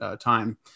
time